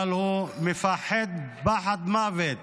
אבל הוא מפחד פחד מוות